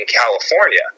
California